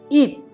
eat